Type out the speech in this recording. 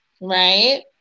Right